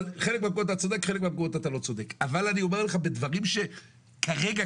אבל אני אומר לך שכרגע,